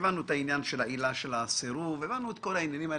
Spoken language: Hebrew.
את העילה של הסירוב, הבנו את כל העניינים האלה.